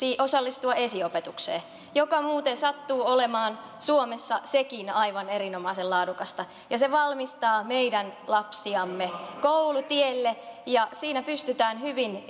osallistua esiopetukseen joka muuten sattuu olemaan suomessa sekin aivan erinomaisen laadukasta ja se valmistaa meidän lapsiamme koulutielle ja siinä pystytään hyvin